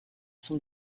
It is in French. sont